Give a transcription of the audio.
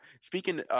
Speaking –